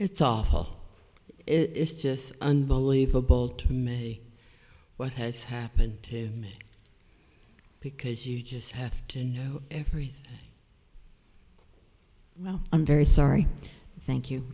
it's awful it's just unbelievable to me what has happened to me because you just have to know everything well i'm very sorry thank you